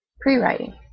Pre-writing